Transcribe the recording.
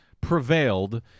prevailed